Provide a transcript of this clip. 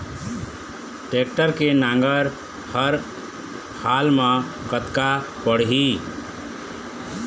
Tractor के नांगर हर हाल मा कतका पड़िही?